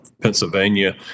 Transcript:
Pennsylvania